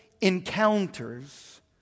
encounters